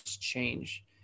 change